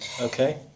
Okay